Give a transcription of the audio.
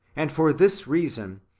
and for this reason.